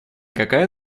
какая